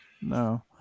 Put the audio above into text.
No